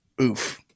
Oof